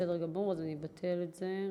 בסדר גמור, אז אני אבטל את זה.